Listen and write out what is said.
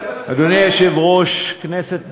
אדוני היושב-ראש, כנסת נכבדה,